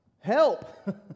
help